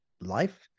life